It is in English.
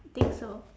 think so